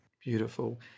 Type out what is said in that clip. Beautiful